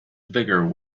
bigger